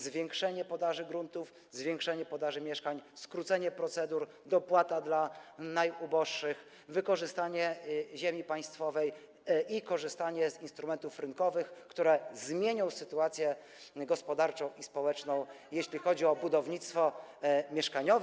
Zwiększenie podaży gruntów, zwiększenie podaży mieszkań, skrócenie procedur, dopłata dla najuboższych, wykorzystanie ziemi państwowej i korzystanie z instrumentów rynkowych, które zmienią sytuację gospodarczą i społeczną, jeśli chodzi o budownictwo mieszkaniowe.